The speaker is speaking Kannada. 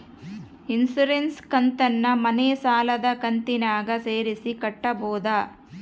ಇನ್ಸುರೆನ್ಸ್ ಕಂತನ್ನ ಮನೆ ಸಾಲದ ಕಂತಿನಾಗ ಸೇರಿಸಿ ಕಟ್ಟಬೋದ?